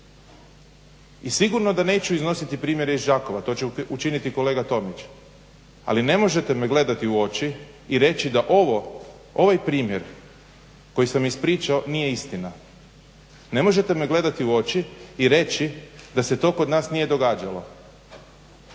I sigurno da neću iznositi primjere iz Đakova. To će učiniti kolega Tomić, ali ne možete me gledati u oči i reći da ovo, ovaj primjer koji sam ispričao nije istina. Ne možete me gledati u oči i reći da se to kod nas nije događalo.